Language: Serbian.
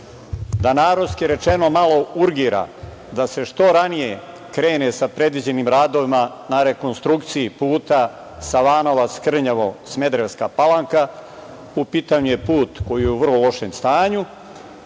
da, narodski rečeno, malo urgira da se što ranije krene sa predviđenim radovima na rekonstrukciji puta Savanovac – Krnjevo – Smederevska Palanka, u pitanju je put koji je u vrlo loš stanju,